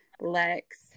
Lex